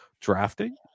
drafting